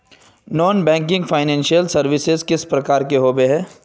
Non banking financial services किस प्रकार के होबे है?